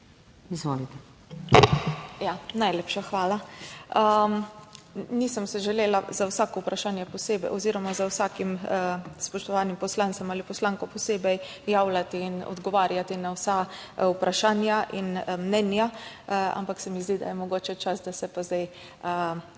Ja, najlepša hvala. Nisem se želela za vsako vprašanje posebej oziroma za vsakim spoštovanim poslancem ali poslanko posebej javljati in odgovarjati na vsa vprašanja in mnenja, ampak se mi zdi, da je mogoče čas, da se pa zdaj javim